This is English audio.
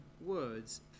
words